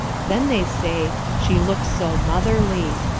then they say she looks so motherly.